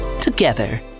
together